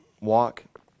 walk